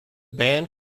band